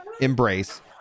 embrace